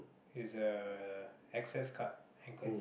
is a access card and claim